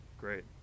Great